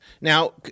Now